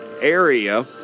area